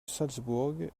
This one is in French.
salzbourg